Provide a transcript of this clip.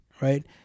right